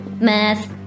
math